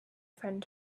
friend